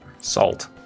Salt